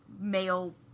male